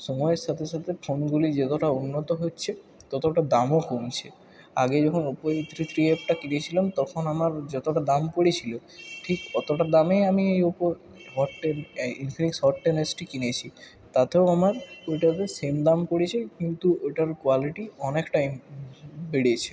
সময়ের সাথে সাথে ফোনগুলি যতটা উন্নত হচ্ছে ততটা দামও কমছে আগে যখন ওপো এ থ্রি থ্রি এফটা কিনেছিলাম তখন আমার যতটা দাম পড়েছিল ঠিক ততটা দামেই আমি এই Oppo hot ten Infinix hot ten এসটি কিনেছি তাতেও আমার দুটোতে সেম দাম পড়েছে কিন্তু ওটার কোয়ালিটি অনেকটা বেড়েছে